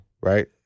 right